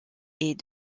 est